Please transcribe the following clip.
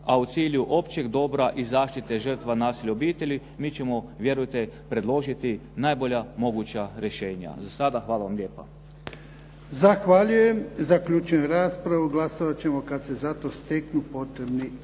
a u cilju općeg dobra i zaštite žrtva nasilja u obitelji. Mi ćemo vjerujte predložiti najbolja moguća rješenja. Za sada hvala vam lijepa. **Jarnjak, Ivan (HDZ)** Zahvaljujem. Zaključujem raspravu. Glasovati ćemo kada se za to steknu potrebni